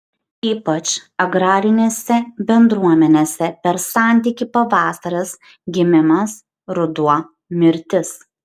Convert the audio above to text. ypač agrarinėse bendruomenėse per santykį pavasaris gimimas ruduo mirtis